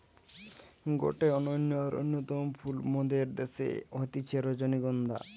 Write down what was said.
গটে অনন্য আর অন্যতম ফুল মোদের দ্যাশে হতিছে রজনীগন্ধা